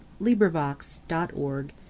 LibriVox.org